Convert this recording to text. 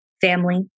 family